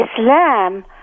Islam